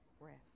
breath